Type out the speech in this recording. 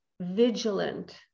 vigilant